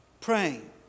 Praying